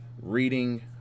reading